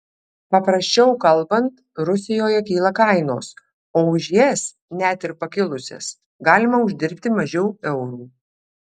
paprasčiau kalbant rusijoje kyla kainos o už jas net ir pakilusias galima uždirbti mažiau eurų